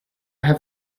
have